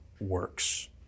works